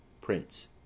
PRINCE